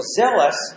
zealous